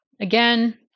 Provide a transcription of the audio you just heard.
again